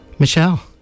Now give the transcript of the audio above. Michelle